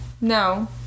No